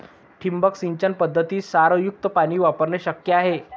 ठिबक सिंचन पद्धतीत क्षारयुक्त पाणी वापरणे शक्य आहे